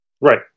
Right